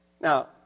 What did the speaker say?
Now